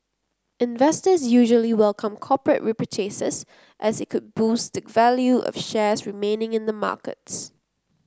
investors usually welcome corporate repurchases as it could boost the value of shares remaining in the markets